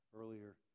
earlier